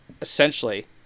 essentially